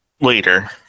later